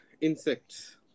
insects